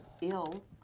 ill